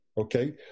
Okay